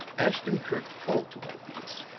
ashton-kirk called to one of these.